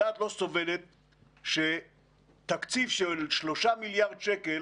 הדעת לא סובלת שתקציב של 3 מיליארד שקלים